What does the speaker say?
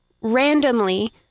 randomly